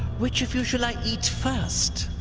which of you shall i eat first?